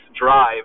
drive